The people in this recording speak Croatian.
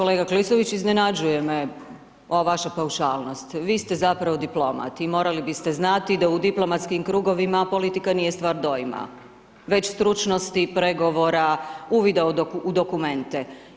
Kolega Klisović, iznenađuje me ova vaša paušalnost, vi ste zapravo diplomat i morali biste znati da u diplomatskim krugovima politika nije stvar dojma, već stručnosti, pregovora, uvida u dokumente.